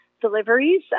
Deliveries